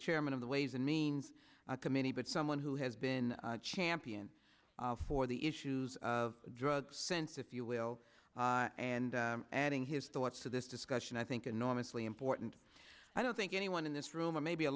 chairman of the ways and means committee but someone who has been champion for the issues of drug sense if you will and adding his thoughts to this discussion i think enormously important i don't think anyone in this room or maybe a